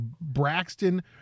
Braxton